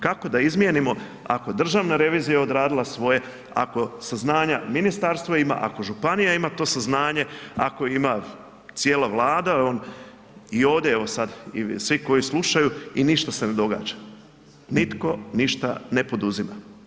Kako da izmijenimo ako je državna revizija odradila svoje, ako saznanja ministarstvo ima, ako županija ima to saznanje, ako ima cijela Vlada i ovdje evo sad i svi koji slušaju i ništa se ne događa, nitko ništa ne poduzima.